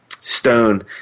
stone